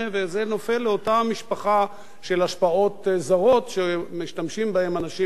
וזה נופל לאותה משפחה של השפעות זרות שמשתמשים בהן אנשים,